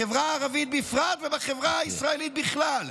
בחברה הערבית בפרט ובחברה הישראלית בכלל,